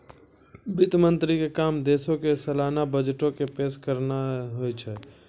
वित्त मंत्री के काम देशो के सलाना बजटो के पेश करनाय होय छै